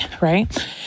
right